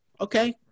Okay